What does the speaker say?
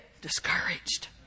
discouraged